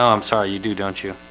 um sorry. you do, don't you?